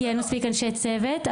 כי אין מספיק אנשי צוות,